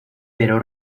pero